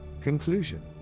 Conclusion